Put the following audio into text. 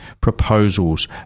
proposals